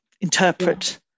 interpret